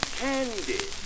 candy